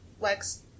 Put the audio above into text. Lex